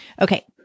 Okay